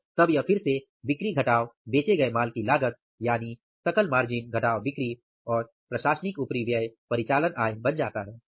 और तब यह फिर से बिक्री घटाव बेचे गए माल की लागत यानी सकल मार्जिन घटाव बिक्री और प्रशासनिक ऊपरिव्यय परिचालन आय बन जाता है